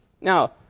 Now